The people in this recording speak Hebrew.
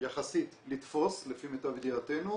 יחסית לתפוס, לפי מיטב ידיעתנו.